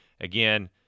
again